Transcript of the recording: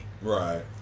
right